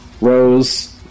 Rose